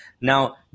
Now